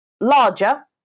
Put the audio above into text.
larger